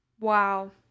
Wow